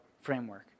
framework